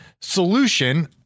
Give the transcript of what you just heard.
solution